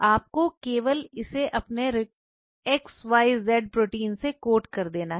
आपको केवल इसे अपने एक्स वाई जेड प्रोटीन से कोर्ट कर देना है